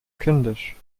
kindisch